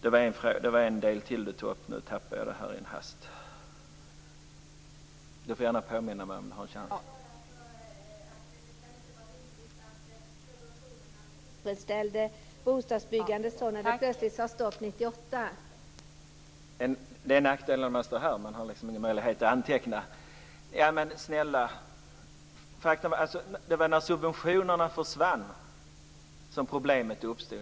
Ulla Britt Hagström tog upp en sak till, men jag tappade den i en hast. När man står i talarstolen har man ingen möjlighet att anteckna. Det var när subventionerna försvann som problemet uppstod.